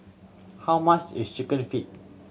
how much is Chicken Feet